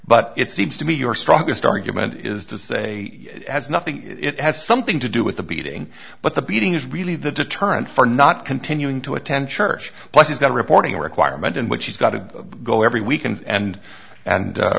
but it seems to me your strongest argument is to say it has nothing it has something to do with the beating but the beating is really the deterrent for not continuing to attend church places not reporting requirement and what she's got to go every weekend and and